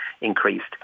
increased